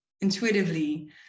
intuitively